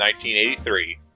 1983